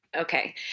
Okay